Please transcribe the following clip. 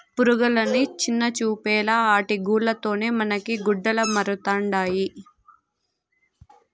పురుగులని చిన్నచూపేలా ఆటి గూల్ల తోనే మనకి గుడ్డలమరుతండాయి